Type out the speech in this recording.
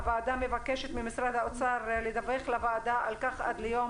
מגבשת לשם כך עד יום